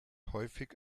häufig